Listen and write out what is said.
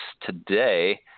today